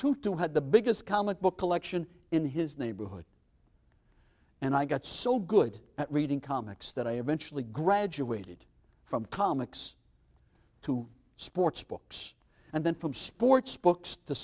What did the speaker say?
tutu had the biggest comic book collection in his neighborhood and i got so good at reading comics that i eventually graduated from comics to sports books and then from sports books to